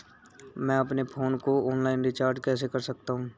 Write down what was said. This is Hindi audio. मैं अपने फोन को ऑनलाइन रीचार्ज कैसे कर सकता हूं?